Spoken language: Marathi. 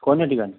कोणी ठिकाणी